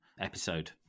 episode